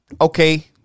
okay